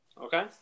Okay